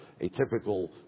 atypical